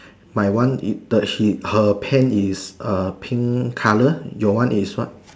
my one it the he her pen is pink colour your one is what